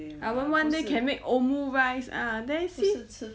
ah when one day can make omu rice ah then see